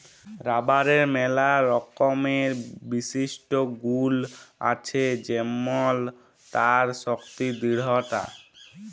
রাবারের ম্যালা রকমের বিশিষ্ট গুল আছে যেমল তার শক্তি দৃঢ়তা